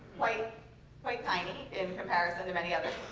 quite quite tiny in comparison to many others.